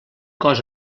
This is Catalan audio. cos